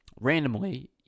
randomly